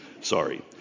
sorry